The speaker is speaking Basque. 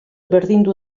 berdindu